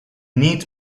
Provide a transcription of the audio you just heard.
need